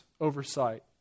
oversight